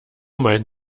mein